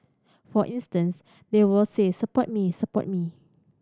for instance they will say Support me support me